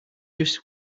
just